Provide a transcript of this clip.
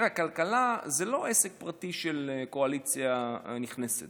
כלכלה זה לא עסק פרטי של הקואליציה הנכנסת.